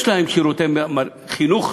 יש להם שירותי חינוך,